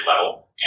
level